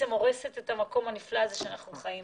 שהורסים את המקום הנפלא בו אנו חיים.